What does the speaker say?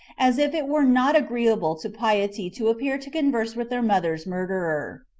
as if it were not agreeable to piety to appear to converse with their mother's murderer.